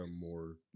more